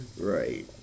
right